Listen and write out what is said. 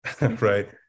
right